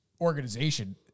organization